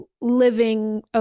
living